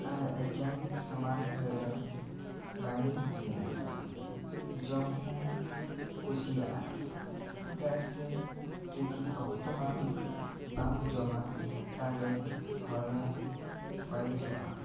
ᱟᱨ ᱮᱠᱮᱱ ᱥᱟᱢᱟᱱ ᱨᱮᱫᱚ ᱵᱟᱝ ᱤᱧ ᱤᱥᱤᱱᱟ ᱡᱚᱢ ᱦᱚᱸ ᱠᱩᱥᱤᱭᱟᱜᱼᱟ ᱪᱮᱫᱟᱜ ᱥᱮ ᱡᱩᱫᱤ ᱚᱠᱛᱚ ᱱᱟᱹᱯᱤᱫ ᱵᱟᱢ ᱡᱚᱢᱟ ᱛᱟᱦᱚᱞᱮ ᱦᱚᱲᱢᱚ ᱵᱟ ᱲᱤᱡᱚᱜᱼᱟ